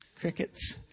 Crickets